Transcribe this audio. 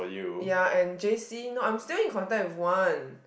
ya and J_C nope I'm still in contact with one